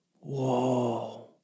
Whoa